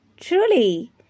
truly